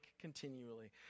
continually